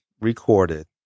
recorded